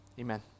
amen